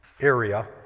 area